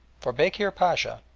for bekir pacha,